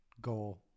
goal